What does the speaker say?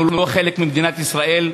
אנחנו לא חלק ממדינת ישראל?